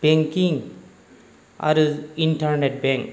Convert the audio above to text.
banking आरो internet bank